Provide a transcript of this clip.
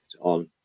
on